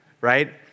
right